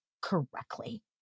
correctly